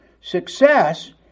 Success